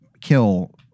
kill